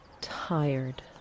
Tired